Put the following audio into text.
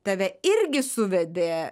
tave irgi suvedė